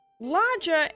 larger